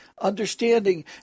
understanding